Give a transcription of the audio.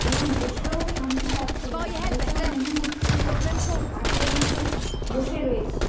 এবং বসেও শান্তি পাচ্ছিলাম না বসেও মনে হচ্ছিলো যে একটা শক্ত কাঠের মতোন বসে রয়েছি